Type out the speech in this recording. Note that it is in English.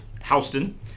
Houston